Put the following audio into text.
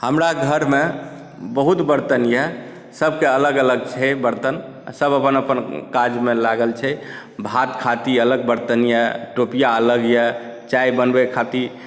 हमरा घरमे बहुत बरतन यए सभकेँ अलग अलग छै बरतन सभ अपन अपन काजमे लागल छै भात खातिर अलग बरतन यए टोपिआ अलग यए चाय बनबै खातिर